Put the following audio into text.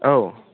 औ